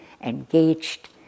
engaged